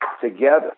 together